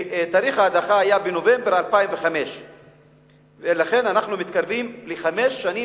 תאריך ההדחה היה בנובמבר 2005. לכן אנחנו מתקרבים לחמש שנים,